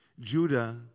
Judah